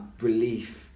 relief